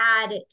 add